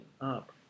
up